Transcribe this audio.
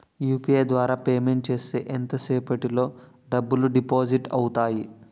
UPI ద్వారా payment చేస్తే ఎంత సేపటిలో డబ్బులు డిపాజిట్ అవుతాయి?